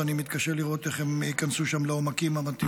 ואני מתקשה לראות איך הם ייכנסו שם לעומקים המתאימים.